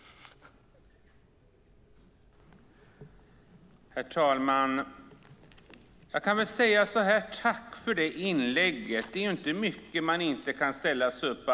I detta anförande instämde Jonas Jacobsson Gjörtler, Olof Lavesson, Cecilie Tenfjord-Toftby och Boriana Åberg .